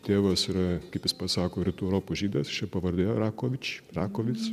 tėvas yra kaip jis pats sako rytų europos žydas ši pavardė rakovič rakovic